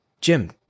Jim